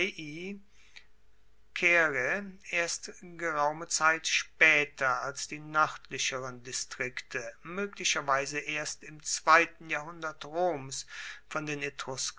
erst geraume zeit spaeter als die noerdlicheren distrikte moeglicherweise erst im zweiten jahrhundert roms von den